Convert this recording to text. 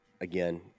again